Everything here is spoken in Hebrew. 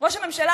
ראש הממשלה,